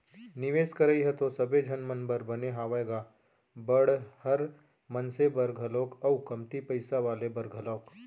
निवेस करई ह तो सबे झन मन बर बने हावय गा बड़हर मनसे बर घलोक अउ कमती पइसा वाले बर घलोक